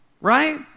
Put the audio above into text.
right